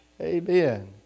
Amen